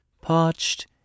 parched